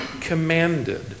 commanded